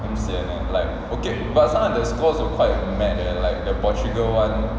damn sian lah like okay but some of the scores were quite mad leh like the portugal one